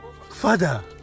Father